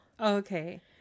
Okay